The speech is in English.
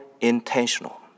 intentional